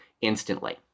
instantly